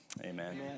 Amen